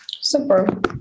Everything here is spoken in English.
Super